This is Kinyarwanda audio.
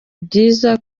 byiza